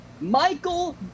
Michael